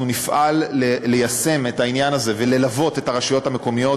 אנחנו נפעל ליישם את העניין הזה וללוות את הרשויות המקומיות